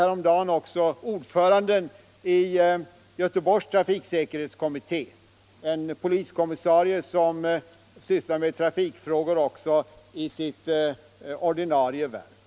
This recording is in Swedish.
Häromdagen träffade jag ordföranden i Göteborgs trafiksäkerhetskommitté, en poliskommissarie som sysslar med trafikfrågor också i sitt ordinarie värv.